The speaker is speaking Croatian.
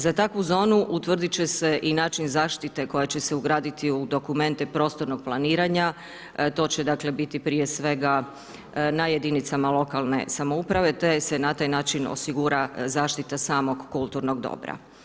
Za takvu zonu utvrdit će se i način zaštite koja će se ugraditi u dokumente prostornog planiranja, to će dakle biti prije svega na jedinicama lokalne samouprave te se na taj način osigura zaštita samog kulturnog dobra.